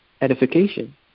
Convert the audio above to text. edification